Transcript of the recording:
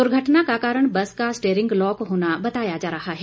दुर्घटना का कारण बस का स्टेयरिंग लॉक होना बताया जा रहा है